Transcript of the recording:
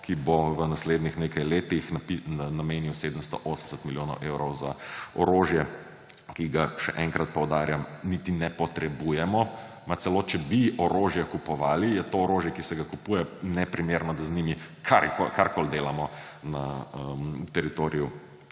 ki bo v naslednjih nekaj letih namenil 780 milijonov evrov za orožje, ki ga ‒ še enkrat poudarjam – niti ne potrebujemo. Celo, če bi orožje kupovali, je to orožje, ki se ga kupuje, neprimerno, da z njim karkoli delamo na teritoriju